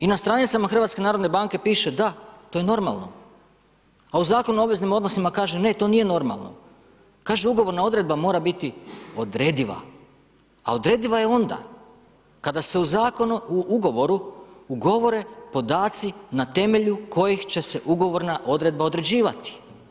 I na stranicama HNB piše da to je normalno, a u Zakonu o obveznim odnosima kaže ne, to nije normalno, kaže ugovorna odredba mora biti odrediva, a odrediva je onda kada se u Zakonu o ugovoru, ugovore podaci na temelju kojih će se ugovorna odredba određivati.